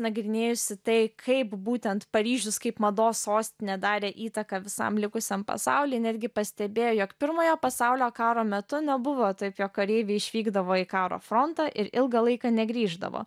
nagrinėjusi tai kaip būtent paryžius kaip mados sostinė darė įtaką visam likusiam pasauliui netgi pastebėjo jog pirmojo pasaulio karo metu nebuvo taip jog kareiviai išvykdavo į karo frontą ir ilgą laiką negrįždavo